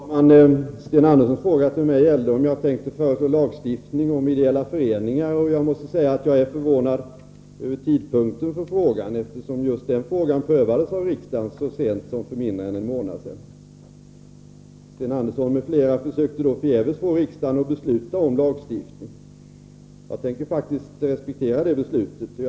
Herr talman! Sten Anderssons fråga till mig gällde om jag tänker föreslå lagstiftning om ideella föreningar. Jag måste säga att jag är förvånad över tidpunkten för frågan, eftersom just denna fråga prövades av riksdagen så sent som för en knapp månad sedan. Sten Andersson m.fl. försökte då förgäves få riksdagen att besluta om lagstiftning. Jag tänker faktiskt respektera riksdagens beslut.